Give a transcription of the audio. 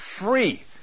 free